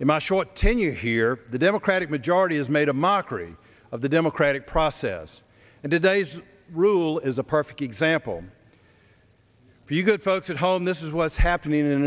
in my short tenure here the democratic majority has made a mockery of the democratic process and today's rule is a perfect example of you good folks at home this is what's happening in